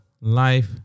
life